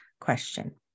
question